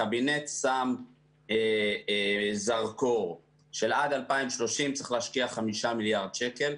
הקבינט שם זרקור שעד 2030 צריך להשקיע 5 מיליארד שקל.